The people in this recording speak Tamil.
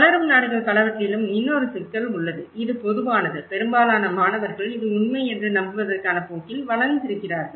வளரும் நாடுகள் பலவற்றிலும் இன்னொரு சிக்கல் உள்ளது இது பொதுவானது பெரும்பாலான மாணவர்கள் இது உண்மை என்று நம்புவதற்கான போக்கில் வளர்ந்திருக்கிறார்கள்